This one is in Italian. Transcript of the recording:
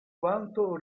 quanto